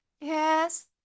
Yes